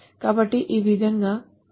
కాబట్టి ఈ విధంగా భాగంను ఇన్సర్ట్ చేయవచ్చు